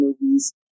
movies